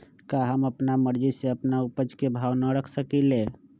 का हम अपना मर्जी से अपना उपज के भाव न रख सकींले?